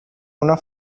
una